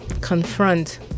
confront